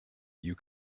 you